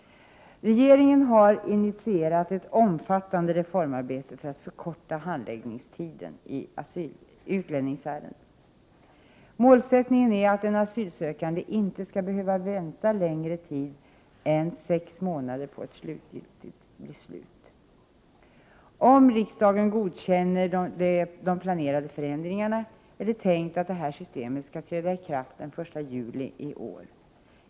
Regeringen har initierat ett omfattande reformarbete för att förkorta handläggningstiderna i utlänningsärenden. Målsättningen är att en asylsökande inte skall behöva vänta längre tid än sex månader på ett slutligt beslut. Om riksdagen godkänner de planerade förändringarna, är det nya systemet tänkt att träda i kraft den 1 juli i år.